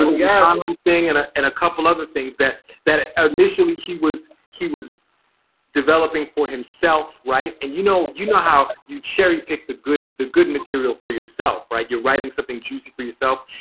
um yeah and ah and a couple other things that that ah initially he was he was developing for himself, right. and you know you know how you cherry pick the good, the good material for yourself, right, you're writing something juicy for yourself.